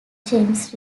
james